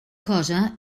cosa